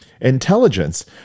Intelligence